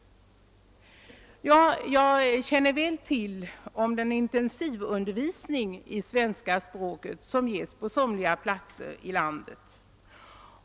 Jag känner väl till den intensivundervisning i svenska språket som ges på somliga platser i landet.